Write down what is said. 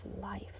life